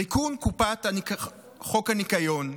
ריקון קופת חוק הניקיון,